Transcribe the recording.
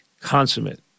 consummate